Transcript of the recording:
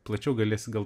plačiau galėsi gal